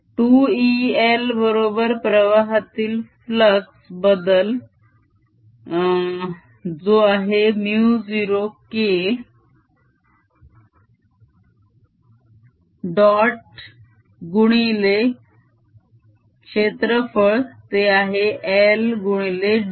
2El बरोबर प्रवाहातील बदल जो आहे μ0K डॉट गुणिले क्षेत्रफळ ते आहे l गुणिले d